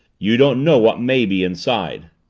you don't know what may be inside.